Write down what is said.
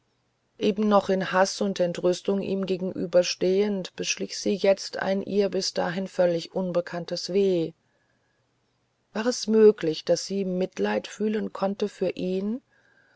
eben noch in haß und entrüstung ihm gegenüberstehend beschlich sie jetzt ein ihr bis dahin völlig unbekanntes weh war es möglich daß sie mitleid fühlen konnte für ihn